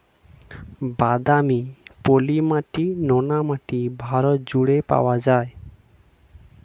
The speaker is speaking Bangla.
বাদামি, পলি মাটি, নোনা মাটি ভারত জুড়ে পাওয়া যায়